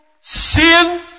Sin